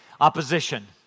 opposition